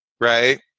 right